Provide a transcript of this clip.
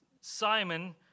Simon